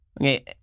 Okay